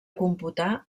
computar